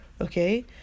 Okay